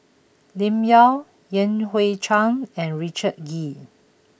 Lim Yau Yan Hui Chang and Richard Kee